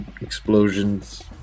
explosions